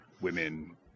women